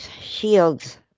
shields